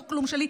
זה לא כלום שלי,